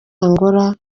angola